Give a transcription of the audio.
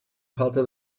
falta